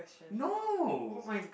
no